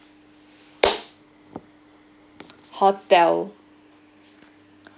hotel